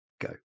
go